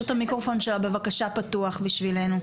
את המיקרופון שלה בבקשה פתוח בשבילנו.